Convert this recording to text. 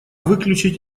выключить